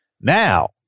Now